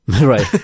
right